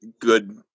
good